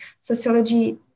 sociology